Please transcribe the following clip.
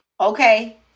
okay